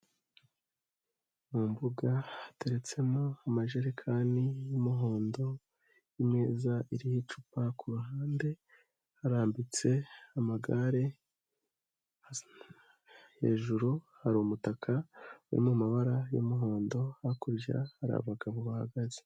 Mu mbuga hateretsemo amajerekani y'umuhondo, imeza iriho icupa ku ruhande harambitse amagare, hejuru hari umutaka uri mu mabara y'umuhondo, hakurya hari abagabo bahagaze.